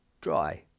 dry